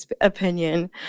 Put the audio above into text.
Opinion